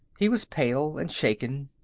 he was pale and shaken,